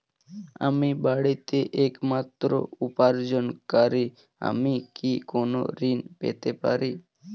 আমি বাড়িতে একমাত্র উপার্জনকারী আমি কি কোনো ঋণ পেতে পারি?